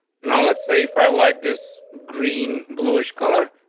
now let's say if i like this green bluish color,